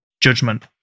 judgment